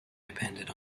depended